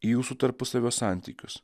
į jūsų tarpusavio santykius